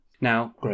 Now